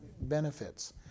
benefits